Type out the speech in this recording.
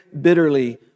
bitterly